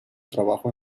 trabajo